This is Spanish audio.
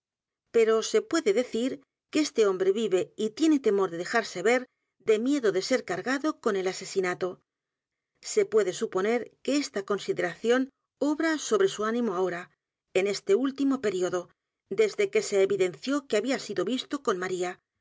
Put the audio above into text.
o se puede decir que este hombre vive y tiene temor de dejarse ver de miedo de ser cargado con el asesinato se puede suponer que esta consideración obra sobre su ánimo ahora en este útimo período desde que se evidenció que había sido visto con m